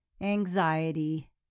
anxiety